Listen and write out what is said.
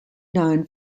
known